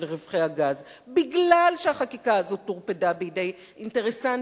של רווחי הגז בגלל שהחקיקה הזאת טורפדה בידי אינטרסנטים,